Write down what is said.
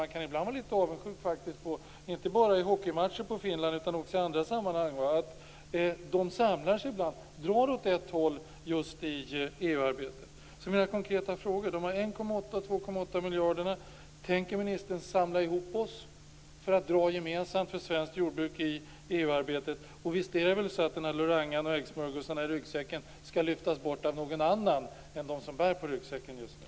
Man kan ibland faktiskt vara litet avundsjuk på Finland, inte bara i hockeymatcher utan även i andra sammanhang. Där samlas man och drar åt ett håll just i EU Jag har några konkreta frågor. Beträffande de 1,8 och 2,8 miljarderna undrar jag: Tänker ministern samla ihop oss för att vi gemensamt skall dra åt samma håll för svenskt jordbruk i EU-arbetet? Visst är det väl så att Lorangan och äggsmörgåsarna i ryggsäcken skall lyftas bort av någon annan än av dem som bär ryggsäcken just nu?